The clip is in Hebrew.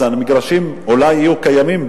אז מגרשים בודדים אולי יהיו קיימים,